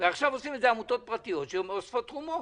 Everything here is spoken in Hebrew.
ועכשיו עושות את זה עמותות פרטיות שאוספות תרומות.